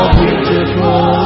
beautiful